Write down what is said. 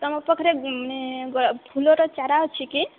ତୁମ ପାଖରେ ମାନେ ଫୁଲର ଚାରା ଅଛି କି